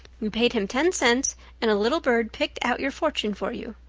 you paid him ten cents and a little bird picked out your fortune for you.